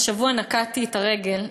השבוע נקעתי את הרגל,